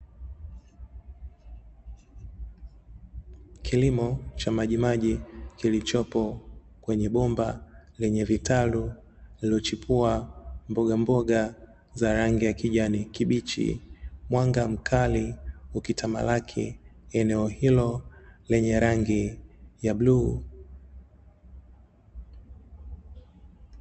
Kilimo cha majimaji kilichopo kwenye bomba lenye vitalu lililochipua mbogamboga za rangi ya kijani kibichi. Mwanga mkali ukitalamaki eneo hilo lenye rangi la bluu.